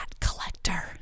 collector